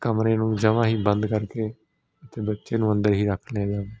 ਕਮਰੇ ਨੂੰ ਜਮ੍ਹਾਂ ਹੀ ਬੰਦ ਕਰਕੇ ਅਤੇ ਬੱਚੇ ਨੂੰ ਅੰਦਰ ਹੀ ਰੱਖ ਲਿਆ ਜਾਵੇ